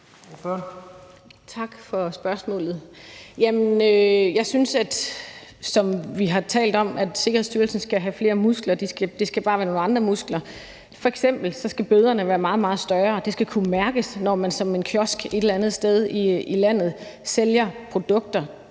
Tak for spørgsmålet. Jeg synes, som vi har talt om, at Sikkerhedsstyrelsen skal have flere muskler. Det skal bare være nogle andre muskler. F.eks. skal bøderne være meget, meget større. Det skal kunne mærkes, når en kiosk et eller andet sted i landet sælger produkter,